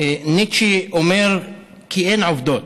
ניטשה אומר כי אין עובדות,